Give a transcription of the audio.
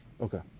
Okay